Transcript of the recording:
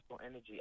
energy